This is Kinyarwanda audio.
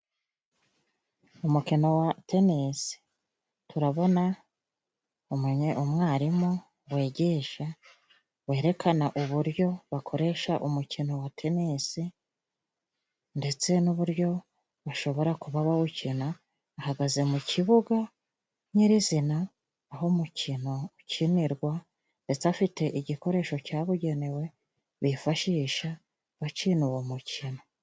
Umukino wa tenisi. Turabona umwarimu wigisha, werekana uburyo bakoresha umukino wa tenisi ndetse n'uburyo bashobora kuba bawukina, ahagaze mu kibuga nyirizina, aho umukino ukinirwa, ndetse afite igikoresho cabugenewe, bifashisha bacina uwo mucino.